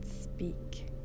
speak